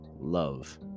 Love